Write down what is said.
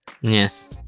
Yes